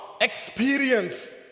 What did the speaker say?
experience